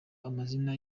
amazina